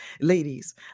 Ladies